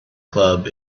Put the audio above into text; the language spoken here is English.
club